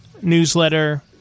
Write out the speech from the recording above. newsletter